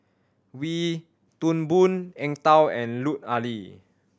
Wee Toon Boon Eng Tow and Lut Ali